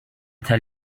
tell